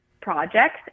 projects